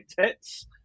tits